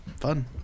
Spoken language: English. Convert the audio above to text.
Fun